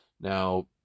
Now